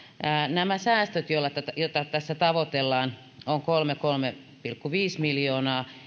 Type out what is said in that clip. nämä säästöt joita tässä tavoitellaan ovat kolme viiva kolme pilkku viisi miljoonaa